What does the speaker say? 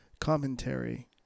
commentary